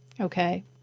okay